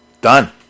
Done